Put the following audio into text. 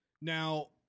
Now